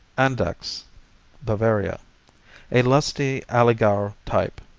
andechs bavaria a lusty allgauer type.